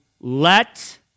let